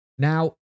Now